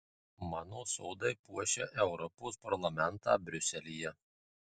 mano sodai puošia europos parlamentą briuselyje